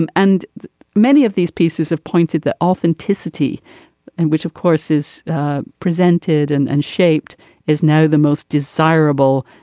and and many of these pieces of pointed the authenticity and which of course is presented and and shaped is now the most desirable